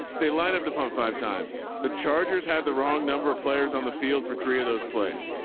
they line up the pump five times the chargers had the wrong number of players on the field for three of those plays.